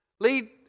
Lead